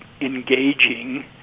engaging